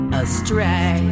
astray